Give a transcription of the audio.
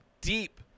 deep